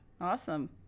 Awesome